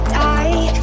die